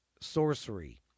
sorcery